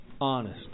honest